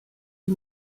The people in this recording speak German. die